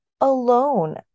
alone